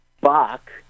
Bach